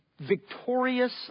victorious